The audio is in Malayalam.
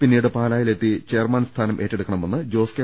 പിന്നീട് പാലായിലെത്തി ചെയർമാൻസ്ഥാനം ഏറ്റെടുക്കണമെന്ന് ജോസ് കെ